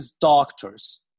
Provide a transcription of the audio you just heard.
doctors